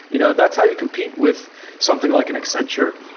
you know that's how you compete with something like an accenture.